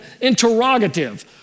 interrogative